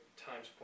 Times